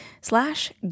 slash